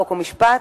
חוק ומשפט,